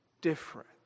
different